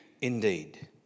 Indeed